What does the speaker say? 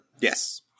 Yes